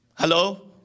Hello